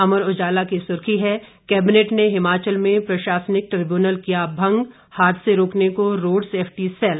अमर उजाला की सुर्खी है कैबिनेट ने हिमाचल में प्रशासनिक ट्रिब्यूनल किया भंग हादसे रोकने को रोड सेफटी सैल